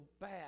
bad